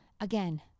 Again